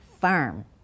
firm